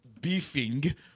beefing